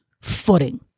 footing